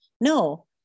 no